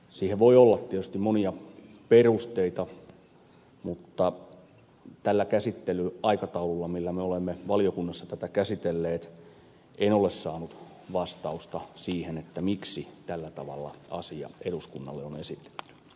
siihen voi olla tietysti monia perusteita mutta tällä käsittelyaikataululla millä me olemme valiokunnassa tätä käsitelleet en ole saanut vastausta siihen miksi tällä tavalla asia eduskunnalle on esitelty